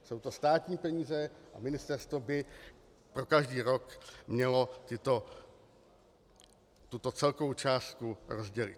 Jsou to státní peníze a ministerstvo by pro každý rok mělo tuto celkovou částku rozdělit.